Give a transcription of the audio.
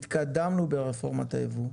התקדמנו ברפורמת היבוא.